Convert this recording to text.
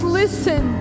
listen